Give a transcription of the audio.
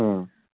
ꯎꯝ